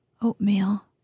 oatmeal